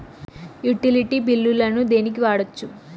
Utility బిల్లులను దేనికి వాడొచ్చు?